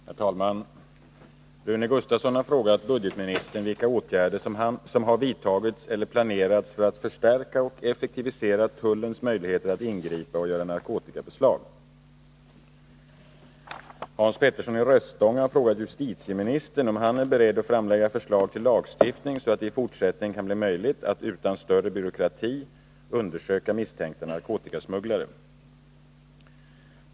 Herr talman! Rune Gustavsson har frågat budgetministern vilka åtgärder som har vidtagits eller planeras för att förstärka och effektivisera tullens möjligheter att ingripa och göra narkotikabeslag. Hans Petersson i Röstånga har frågat justitieministern om han är beredd att framlägga förslag till lagstiftning så att det i fortsättningen kan bli möjligt att utan större byråkrati undersöka misstänkta narkotikasmugglare.